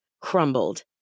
crumbled